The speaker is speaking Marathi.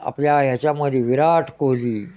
आपल्या याच्यामध्ये विराट कोहली